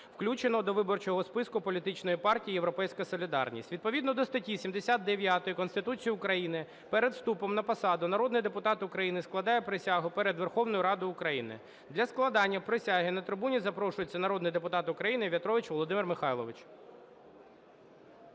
включеного до виборчого списку Політичної партії "Європейська солідарність". Відповідно до статті 79 Конституції України перед вступом на посаду народний депутат України складає присягу перед Верховною Радою України. Для складення присяги на трибуну запрошується народний депутат України В'ятрович Володимир Михайлович.